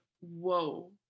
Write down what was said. whoa